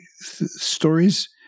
stories